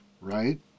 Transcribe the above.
right